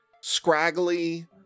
scraggly